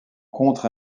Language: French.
contre